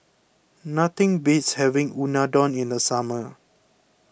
nothing beats having Unadon in the summer